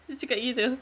dia cakap gitu